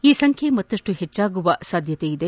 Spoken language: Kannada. ಈ ಸಂಖ್ಯೆ ಮತ್ತಪ್ಪು ಹೆಚ್ಚಾಗುವ ಸಾಧ್ಯತೆಯಿದೆ